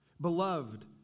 beloved